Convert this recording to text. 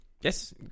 Yes